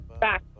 Back